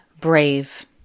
brave